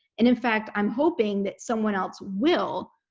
and, in fact, i'm hoping that someone else will.